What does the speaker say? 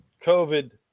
COVID